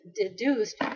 deduced